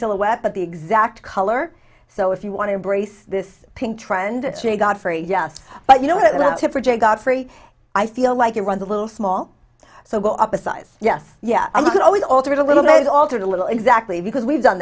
silhouette but the exact color so if you want to embrace this pink trend she got for a yes but you know what to project godfrey i feel like it was a little small so go up a size yes yes i'm always altered a little bit altered a little exactly because we've done